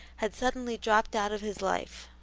had suddenly dropped out of his life.